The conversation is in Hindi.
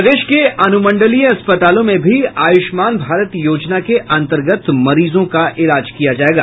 प्रदेश के अनुमंडलीय अस्पतालों में भी आयूष्मान भारत योजना के अन्तर्गत मरीजों का इलाज किया जायेगा